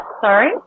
sorry